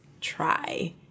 try